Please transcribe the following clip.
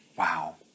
Wow